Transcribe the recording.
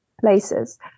places